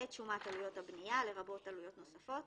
את שומת עלויות הבנייה לרבות עלויות נוספות